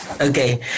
okay